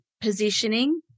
positioning